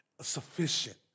sufficient